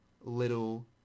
little